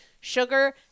Sugar